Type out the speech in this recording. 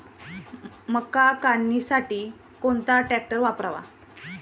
मका काढणीसाठी कोणता ट्रॅक्टर वापरावा?